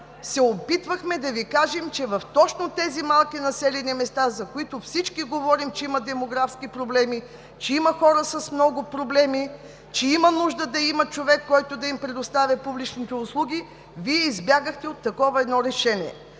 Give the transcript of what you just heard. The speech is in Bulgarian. се опитвахме да Ви кажем, че точно в тези малки населени места, за които всички говорим, че има демографски проблеми, има хора с много проблеми, има нужда от човек, който да им предоставя публичните услуги. Вие избягахте от такова едно решение,